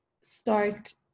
start